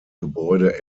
gebäude